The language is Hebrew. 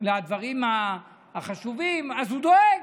לדברים החשובים, אז הוא דואג.